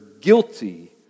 guilty